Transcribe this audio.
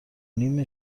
نیم